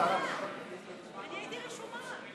אבל אני הייתי רשומה.